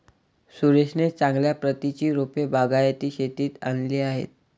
सुरेशने चांगल्या प्रतीची रोपे बागायती शेतीत आणली आहेत